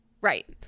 Right